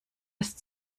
ist